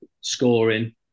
scoring